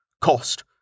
Cost